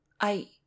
I—